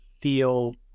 feel